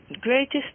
greatest